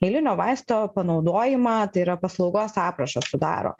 eilinio vaisto panaudojimą tai yra paslaugos aprašą sudaro